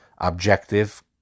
objective